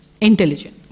intelligent